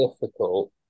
difficult